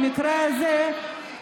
במקרה הזה,